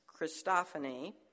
Christophany